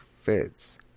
fits